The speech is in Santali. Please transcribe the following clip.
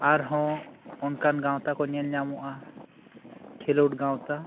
ᱟᱨᱦᱚᱸ ᱚᱱᱠᱟᱱ ᱜᱟᱶᱛᱟᱠᱩ ᱧᱮᱞ ᱧᱟᱢᱚᱜᱼᱟ ᱠᱷᱮᱞᱚᱴ ᱜᱟᱶᱛᱟ